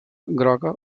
groga